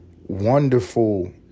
wonderful